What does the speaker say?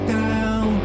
down